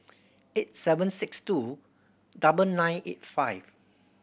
eight seven six two double nine eight five